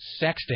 sexting